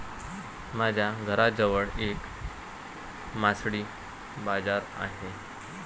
माझ्या घराजवळ एक मासळी बाजार आहे